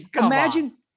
Imagine